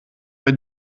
bei